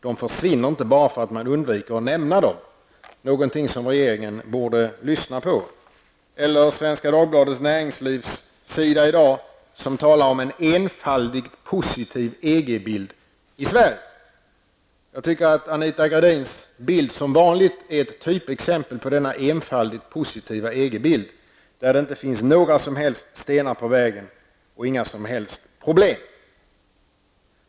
De försvinner inte bara för att man undviker att nämna dem -- någonting som regeringen borde lyssna till. Detsamma gäller Svenska Dagbladets näringslivssida i dag, där det talas om en enfaldigt positiv EG-bild i Sverige. Jag tycker att Anita Gradins bild som vanligt är ett typexempel på denna enfaldigt positiva EG-bild; det finns där inte några som helst stenar på vägen mot EG och inte några som helst problem.